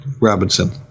Robinson